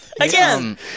Again